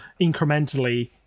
incrementally